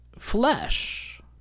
flesh